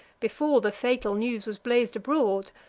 before the fatal news was blaz'd abroad.